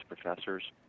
professors